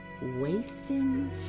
wasting